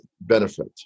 benefit